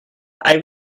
hai